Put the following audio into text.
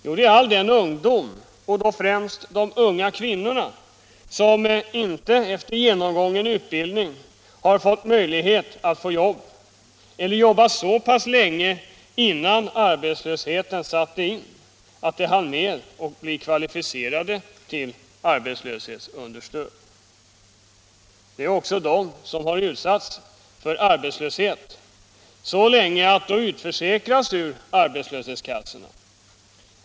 Jo, det är alla de ungdomar, och då främst de unga kvinnorna, som inte efter genomgången utbildning har kunnat få jobb eller som inte jobbat så pass länge innan arbetslösheten satte in att de hann med att bli kvalificerade till arbetslöshetsunderstöd. Det är också de som har utsatts för arbetslöshet så länge att de utförsäkrats ur arbetslöshetskassorna.